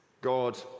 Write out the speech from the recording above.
God